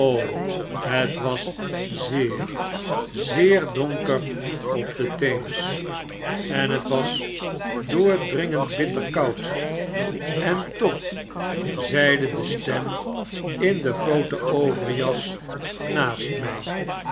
het was zeer zeer donker op de theems en het was doordringend bitter koud en toch zeide de stem in de groote overjas naast my